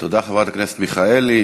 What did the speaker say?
תודה, חברת הכנסת מיכאלי.